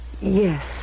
Yes